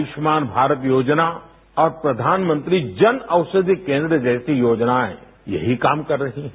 आयुष्मान भारत योजना और प्रधानमंत्री जन औषधि केंद्र जैसी योजनाएं यही काम कर रही हैं